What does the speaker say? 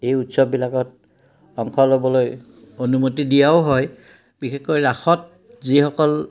এই উৎসৱবিলাকত অংশ ল'বলৈ অনুমতি দিয়াও হয় বিশেষকৈ ৰাসত যিসকল